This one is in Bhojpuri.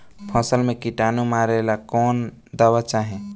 फसल में किटानु मारेला कौन दावा चाही?